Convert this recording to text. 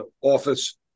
office